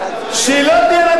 שלא תהיה דאגה.